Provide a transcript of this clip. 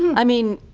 i mean,